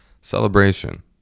celebration